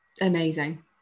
amazing